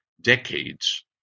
decades